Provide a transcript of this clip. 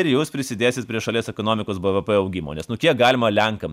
ir jūs prisidėsit prie šalies ekonomikos bvp augimo nes nu kiek galima lenkams